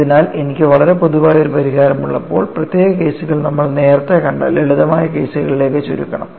അതിനാൽ എനിക്ക് വളരെ പൊതുവായ ഒരു പരിഹാരം ഉള്ളപ്പോൾ പ്രത്യേക കേസുകൾ നമ്മൾ നേരത്തെ കണ്ട ലളിതമായ കേസുകളിലേക്ക് ചുരുക്കണം